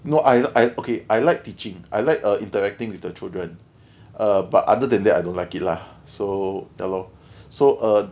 no I I okay I like teaching I like err interacting with the children err but other than that I don't like it lah so ya lor so um